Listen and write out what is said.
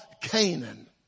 Canaan